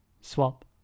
Swap